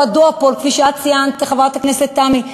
או הדואופול, כפי שציינת, חברת הכנסת תמי,